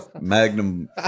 Magnum